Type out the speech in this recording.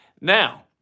Now